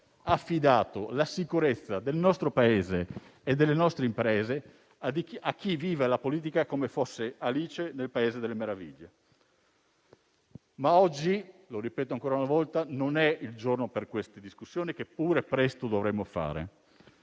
affidato la sicurezza del nostro Paese e delle nostre imprese a chi vive la politica come fosse Alice nel Paese delle meraviglie. Oggi però - lo ripeto ancora una volta - non è il giorno per queste discussioni, che pure presto dovremo fare.